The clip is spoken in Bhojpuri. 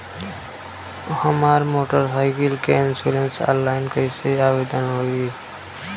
हमार मोटर साइकिल के इन्शुरन्सऑनलाइन कईसे आवेदन होई?